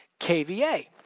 kVA